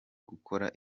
gukora